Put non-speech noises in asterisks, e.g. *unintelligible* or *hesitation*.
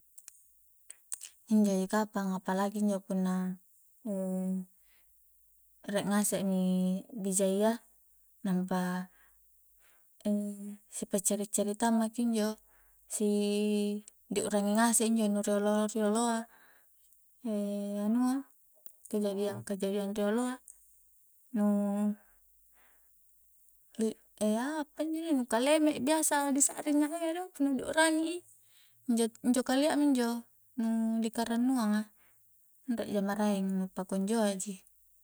Injo ji kapang apalagi injo punna *hesitation* rie ngasek mi bijayya nampa si pa'cari-caritang maki injo si diukrangi ngase injo nu riolo-rioloa *hesitation* anua kejadian-kejadian rioloa nu *unintelligible* apanjo deh nu kaleme biasa di sakring nyaha iya do punna di ukrang i injo-injo kalia minjo nu di karannuang a nreja maraeng nu pakunjoa ji